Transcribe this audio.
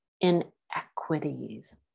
inequities